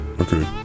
Okay